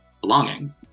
belonging